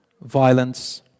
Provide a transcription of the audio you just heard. violence